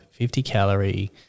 50-calorie